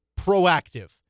proactive